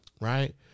right